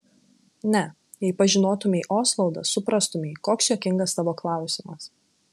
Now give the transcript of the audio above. ne jei pažinotumei osvaldą suprastumei koks juokingas tavo klausimas